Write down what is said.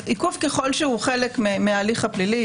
עיכוב ככל שהוא חלק מההליך הפלילי.